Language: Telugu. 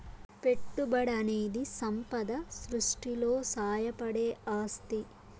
పెట్టుబడనేది సంపద సృష్టిలో సాయపడే ఆస్తి